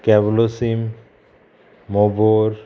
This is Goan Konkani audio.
केवलोसीम मोबोर